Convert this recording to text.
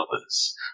others